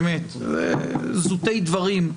וזה זוטי דברים,